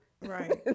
Right